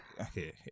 okay